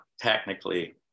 technically